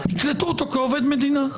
יקלטו אותו כעובד מדינה.